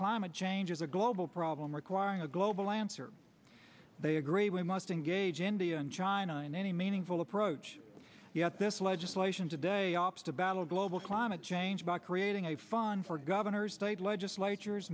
climate change is a global problem requiring a global answer they agree we must engage india and china in any meaningful approach yet this legislation today opts to battle global climate change by creating a fund for governors state legislatures